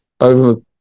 over